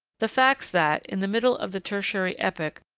the facts that, in the middle of the tertiary epoch,